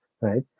right